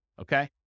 Okay